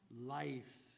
Life